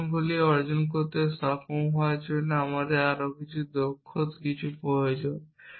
প্রমাণগুলি অর্জন করতে সক্ষম হওয়ার জন্য আমাদের আরও দক্ষ কিছু প্রয়োজন